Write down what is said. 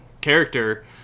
character